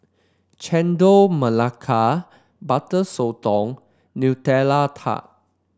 Chendol Melaka Butter Sotong Nutella Tart